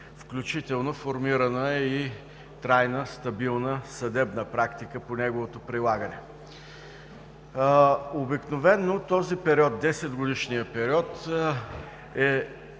включително е формирана и трайна, стабилна съдебна практика по неговото прилагане. Обикновено 10-годишният период е